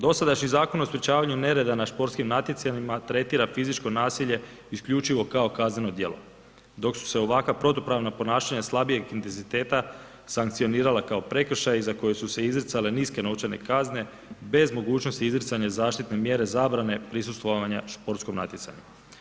Dosadašnji Zakon o sprečavanju nereda na sportskim natjecanjima tretira fizičko nasilje isključivo kao kazneno djelo, dok su se ovakva protupravna ponašanja slabijeg intenziteta sankcionirala kao prekršaj za koje su se izricale niske novčane kazne bez mogućnosti izricanja zaštitne mjere zabrane prisustvovanja sportskom natjecanju.